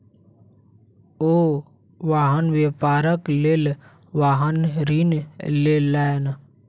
ओ वाहन व्यापारक लेल वाहन ऋण लेलैन